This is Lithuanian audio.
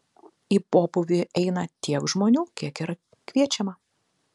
į pobūvį eina tiek žmonių kiek yra kviečiama